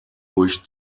durch